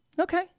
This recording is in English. Okay